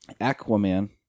Aquaman